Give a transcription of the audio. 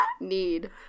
Need